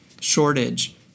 shortage